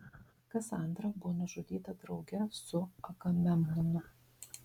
kasandra buvo nužudyta drauge su agamemnonu